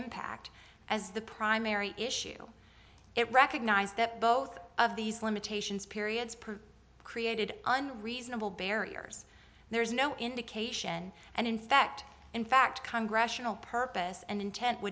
impact as the primary issue it recognized that both of these limitations periods created unreasonable barriers there is no indication and in fact in fact congress purpose and intent